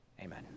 amen